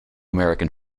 american